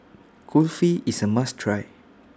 Kulfi IS A must Try